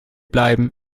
bleiben